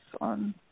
on